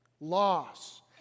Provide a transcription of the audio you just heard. loss